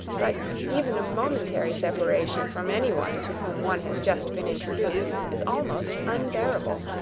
but even a momentary separation from anyone to whom one has just been introduced is almost unbearable.